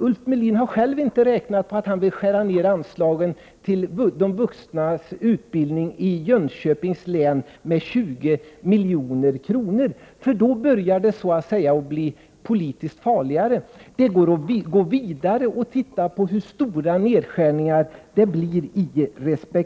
Ulf Melin har inte räknat in att han vill skära ned anslaget till vuxenutbildning i Jönköpings län med 20 milj.kr. — då börjar det bli politiskt farligare. Vi kan också gå vidare och se på hur stora nedskärningar det blir i resp.